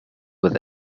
with